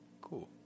Cool